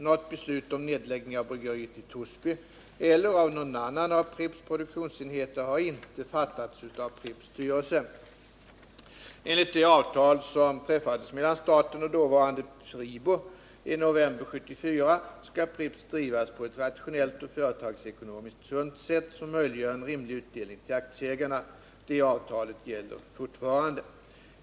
Något beslut om nedläggning av bryggeriet i Torsby eller av någon annan av Pripps produktionsenheter har inte fattats av Pripps styrelse. Enligt det avtal som träffades mellan staten och dåvarande PRIBO i november 1974 skall Pripps drivas på ett rationellt och företagsekonomiskt sunt sätt som möjliggör en rimlig utdelning till aktieägarna. Detta avtal gäller fortfarande.